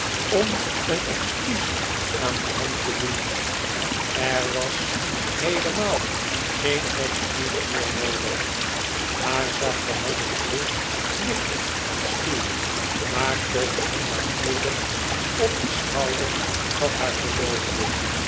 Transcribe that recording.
om een excuus aan de hand te doen er was heelemaal geen excuus meer noodig haar zachte hand viel licht fen schuw maar toch heel natuurlijk op den schouder van haar verloofde